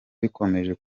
bikomeje